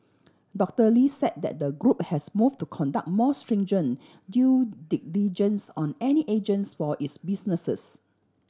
Doctor Lee said that the group has moved to conduct more stringent due diligence on any agents for its businesses